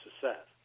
success